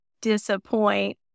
disappoint